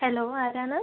hello ആരാണ്